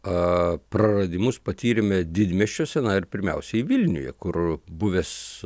a praradimus patyrėme didmiesčiuose ar pirmiausiai vilniuje kur buvęs